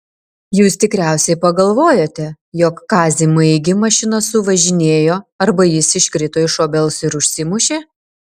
jūs tikriausiai pagalvojote jog kazį maigį mašina suvažinėjo arba jis iškrito iš obels ir užsimušė